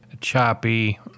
choppy